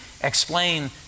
explain